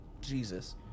Jesus